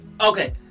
Okay